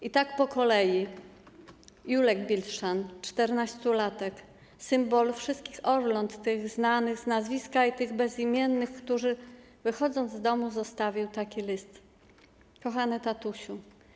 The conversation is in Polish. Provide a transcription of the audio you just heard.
I tak po kolei: Jurek Bitschan, czternastolatek, symbol wszystkich Orląt, tych znanych z nazwiska i tych bezimiennych, który wychodząc z domu, zostawił taki list: Kochany tatusiu!